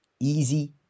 Easy